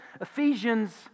Ephesians